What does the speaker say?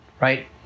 right